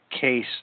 case